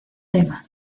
tema